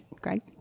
greg